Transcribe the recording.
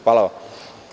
Hvala.